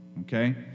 Okay